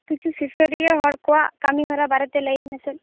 ᱠᱤᱪᱷᱩ ᱥᱩᱥᱟᱹᱨᱤᱭᱟᱹ ᱦᱚᱲ ᱠᱚᱣᱟᱜ ᱠᱟᱹᱢᱤ ᱦᱚᱨᱟ ᱵᱟᱨᱮ ᱛᱮ ᱞᱟᱹᱭᱟᱹᱧ ᱢᱮᱥᱮ